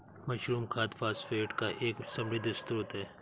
mushroom खाद phosphate का एक समृद्ध स्रोत है